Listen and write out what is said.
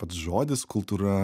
pats žodis kultūra